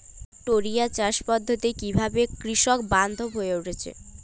টোরিয়া চাষ পদ্ধতি কিভাবে কৃষকবান্ধব হয়ে উঠেছে?